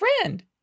friend